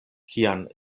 kian